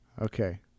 Okay